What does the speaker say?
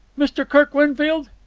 mr. kirk winfield?